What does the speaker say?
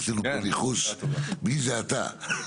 עשינו פה ניחוש מי זה אתה.